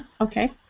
Okay